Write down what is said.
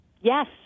Yes